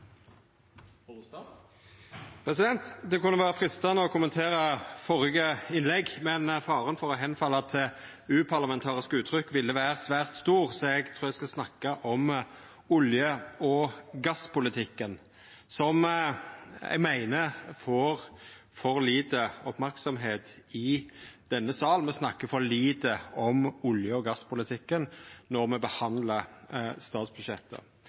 Det kunne ha vore freistande å kommentera førre innlegg, men faren for å fortapa seg i uparlamentariske uttrykk ville ha vore svært stor, så eg trur eg skal snakka om olje- og gasspolitikken, som eg meiner får for lite merksemd i denne salen. Me snakkar for lite om olje- og gasspolitikken når me behandlar statsbudsjettet.